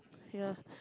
ya